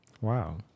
Wow